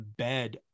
embed